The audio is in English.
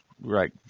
right